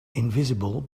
invisible